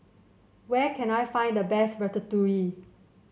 where can I find the best Ratatouille